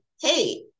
Hey